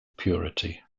purity